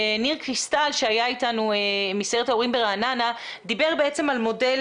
ניר קריסטל מסיירת ההורים ברעננה שהיה איתנו דיבר בעצם על מודל